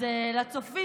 אז לצופים,